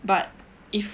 but if